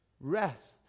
Rest